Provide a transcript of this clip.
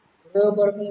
హృదయపూర్వకంగా